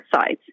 sides